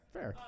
Fair